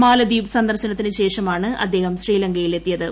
മാലദ്വീപ് സന്ദർശനത്തിന് ശേഷമാണ് അദ്ദേഹം ശ്രീലങ്കയിൽ എത്തിയത്